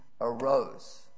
arose